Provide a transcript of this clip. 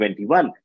2021